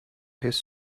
his